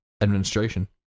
administration